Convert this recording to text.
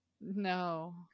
No